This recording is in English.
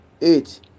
eight